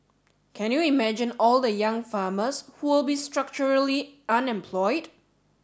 can you imagine all the young farmers who will be structurally unemployed